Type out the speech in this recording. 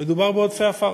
מדובר בעודפי עפר.